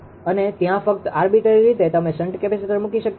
અને ત્યાં ફક્ત આર્બીટ્રરી રીતે તમે શન્ટ કેપેસિટર મૂકી શકતા નથી